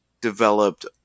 developed